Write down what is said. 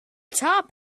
top